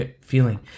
feeling